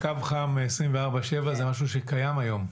הקו החם 24/7 זה משהו שקיים היום?